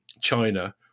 China